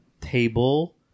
table